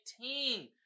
team